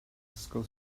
ysgol